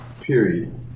Period